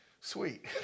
sweet